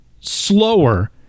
slower